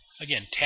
Again